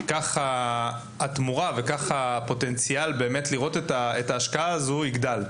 כך יגדל הפוטנציאל לראות את ההשקעה והתמורה.